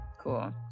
cool